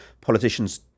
politicians